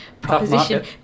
proposition